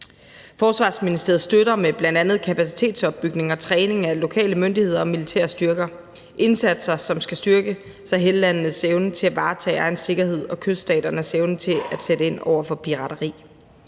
Forsvarsministeriet støtter med bl.a. kapacitetsopbygning og træning af lokale myndigheder og militære styrker – indsatser, som skal styrke Sahellandenes evne til at varetage egen sikkerhed og kyststaternes evne til at sætte ind over for pirateri.